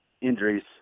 injuries